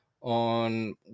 on